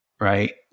Right